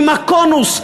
אם הקונוס,